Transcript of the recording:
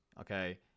okay